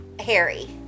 Harry